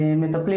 הם מטפלים